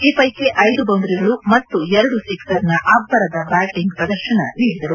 ಈ ಪೈಕಿ ಐದು ಬೌಂಡರಿಗಳು ಮತ್ತು ಎರಡು ಸಿಕ್ಪರ್ನ ಅಬ್ಬರದ ಬ್ಯಾಟಿಂಗ್ ಪ್ರದರ್ಶನ ನೀಡಿದರು